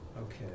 Okay